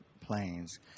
planes